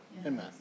Amen